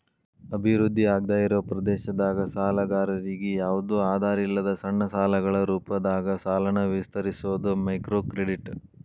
ಅಭಿವೃದ್ಧಿ ಆಗ್ದಾಇರೋ ಪ್ರದೇಶದಾಗ ಸಾಲಗಾರರಿಗಿ ಯಾವ್ದು ಆಧಾರಿಲ್ಲದ ಸಣ್ಣ ಸಾಲಗಳ ರೂಪದಾಗ ಸಾಲನ ವಿಸ್ತರಿಸೋದ ಮೈಕ್ರೋಕ್ರೆಡಿಟ್